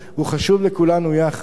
הוא חשוב לכולנו יחד.